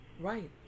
Right